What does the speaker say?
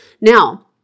Now